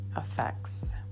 effects